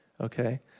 okay